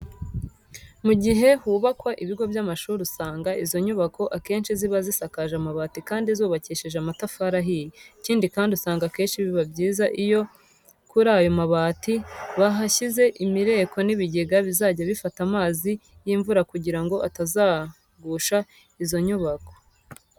Mu gihe hubakwa ibigo by'amashuri usanga izo nyubako akenshi ziba zisakaje amabati kandi zubakishije amatafari ahiye. Ikindi kandi usanga akenshi biba byiza iyo kuri ayo mabati bahashyize imireko n'ibigega bizajya bifata amazi y'imvura kugira ngo atazagusha izo nyubako.